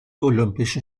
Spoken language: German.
olympischen